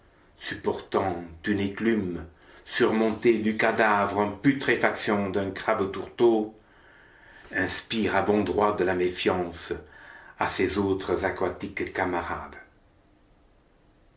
supportant une enclume surmontée du cadavre en putréfaction d'un crabe tourteau inspire à bon droit de la méfiance à ses autres aquatiques camarades